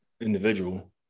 individual